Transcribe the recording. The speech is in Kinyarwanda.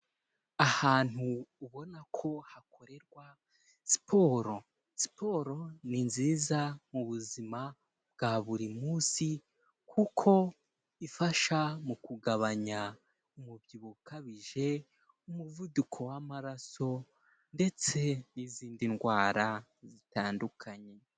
Ahantu ubona ko hakorerwa siporo. Siporo ni nziza mu buzima bwa buri munsi kuko ifasha mu kugabanya umubyibuho ukabije, umuvuduko w'amaraso ndetse n'izindi ndwara zitandukanye.